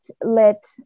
let